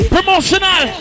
Promotional